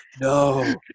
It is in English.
No